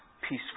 peaceful